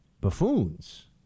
buffoons